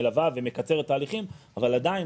מלווה ומקצרת תהליכים אבל עדיין,